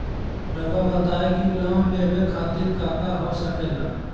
रउआ बताई की लोन लेवे खातिर काका हो सके ला?